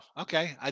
Okay